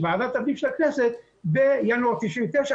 של ועדת הפנים של הכנסת בינואר 99',